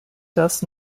das